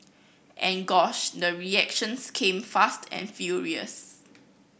and gosh the reactions came fast and furious